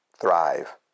thrive